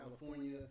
california